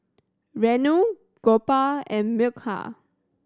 Renu Gopal and Milkha